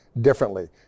differently